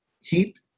heat